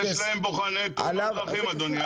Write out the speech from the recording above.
יש להם בוחני תאונות דרכים, אדוני.